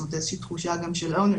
זאת אומרת איזושהי תחושה גם של ownership,